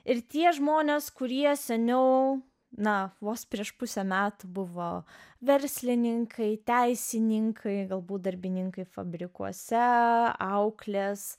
ir tie žmonės kurie seniau na vos prieš pusę metų buvo verslininkai teisininkai galbūt darbininkai fabrikuose auklės